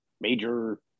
major